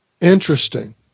Interesting